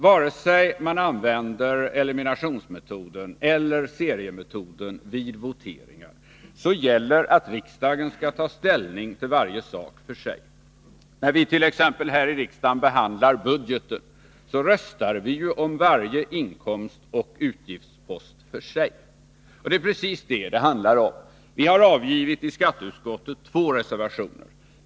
Vare sig man använder eliminationsmetoden eller seriemetoden vid voteringar gäller att riksdagen skall ta ställning till varje sak för sig. När vi här i riksdagen t.ex. behandlar budgeten röstar vi om varje inkomstoch utgiftspost för sig. Det är precis det det handlar om. Vi har i skatteutskottet avgivit två reservationer.